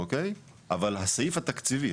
אבל הסעיף התקציבי,